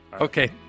Okay